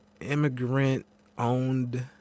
immigrant-owned